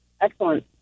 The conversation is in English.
excellent